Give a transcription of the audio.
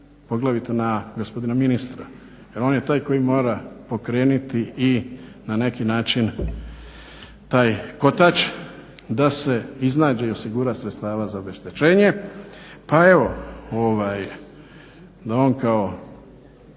poglavito na gospodina ministra jer on je taj koji mora pokrenuti i na neki način taj kotač da se iznađe i osigura sredstava za obeštećenje